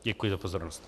Děkuji za pozornost.